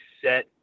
set